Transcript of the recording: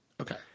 Okay